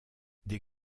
des